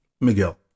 miguel